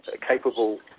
capable